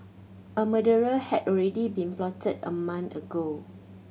a murder had already been plotted a month ago